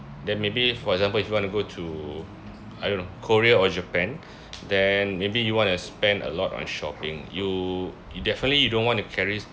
then maybe for example if you want to go to I don't know korea or japan then maybe you want to spend a lot on shopping you you definitely you don't want to carry